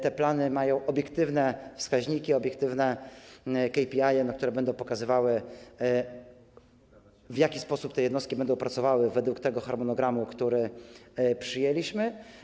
Te plany mają obiektywne wskaźniki, obiektywne KPI, które będą pokazywały, w jaki sposób te jednostki będą pracowały według harmonogramu, który przyjęliśmy.